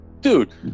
Dude